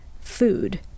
food